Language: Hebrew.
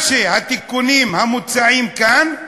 בתיקונים המוצעים כאן,